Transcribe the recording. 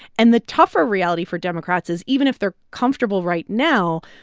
and the tougher reality for democrats is even if they're comfortable right now,